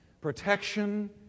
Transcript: Protection